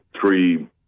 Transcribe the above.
three